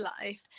life